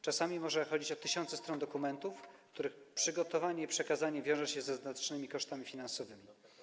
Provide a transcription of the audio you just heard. Czasami może chodzić o tysiące stron dokumentów, których przygotowanie i przekazanie wiąże się ze znacznymi kosztami finansowymi.